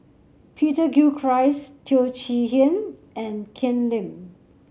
Peter Gilchrist Teo Chee Hean and Ken Lim